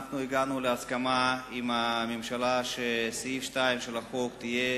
אנחנו הגענו להסכמה עם הממשלה שסעיף 2 של החוק יהיה